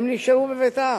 הם נשארו בביתם.